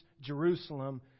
Jerusalem